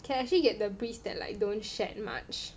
can actually get the breeds that like don't shed much